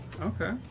okay